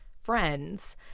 friends